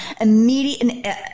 immediate